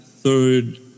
third